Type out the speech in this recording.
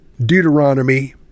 Deuteronomy